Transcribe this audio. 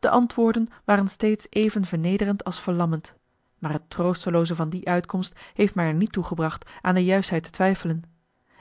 de antwoorden waren steeds even vernederend als verlammend maar het troostelooze van die uitkomst heeft mij er niet toe gebracht aan de juistheid te twijfelen